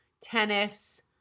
tennis